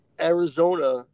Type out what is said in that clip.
Arizona